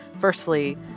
Firstly